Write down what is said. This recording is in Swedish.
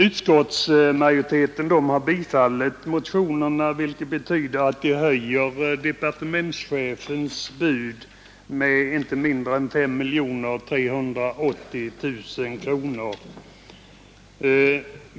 Utskottsmajoriteten har biträtt motionerna, vilket betyder att man höjer departementschefens bud med inte mindre än 5 380 000 kronor.